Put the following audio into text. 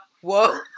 whoa